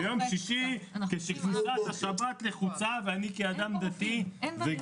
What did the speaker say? ועוד ביום שישי ------ בסדר גמור,